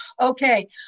okay